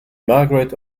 margaret